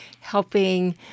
helping